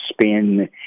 spin